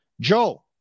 Joe